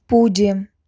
പൂജ്യം